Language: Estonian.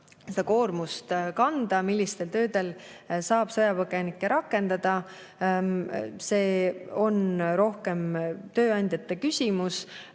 seda koormust kanda. Millistel töödel saab sõjapõgenikke rakendada? See on rohkem tööandjate küsimus,